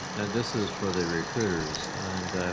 this is for the recruiters and